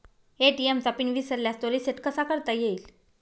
ATM चा PIN विसरल्यास तो रिसेट कसा करता येईल?